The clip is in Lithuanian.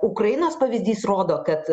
ukrainos pavyzdys rodo kad